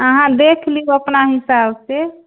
अहाँ देखि लिऔ अपना हिसाब से